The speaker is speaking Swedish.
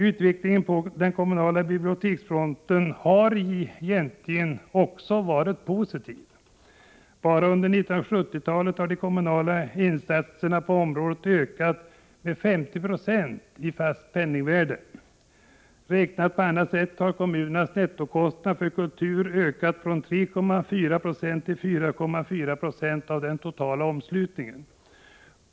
Utvecklingen på den kommunala biblioteksfronten har varit positiv. Bara under 1970-talet har de kommunala insatserna på området ökat med 50 96 i fast penningvärde. Räknat på annat sätt har kommunernas nettokostnader för kultur ökat från 3,4 96 till 4,4 96 av den totala omslutningen.